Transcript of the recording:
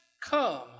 come